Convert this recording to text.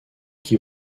qui